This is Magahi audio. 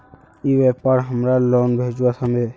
ई व्यापार हमार लोन भेजुआ हभे?